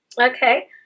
Okay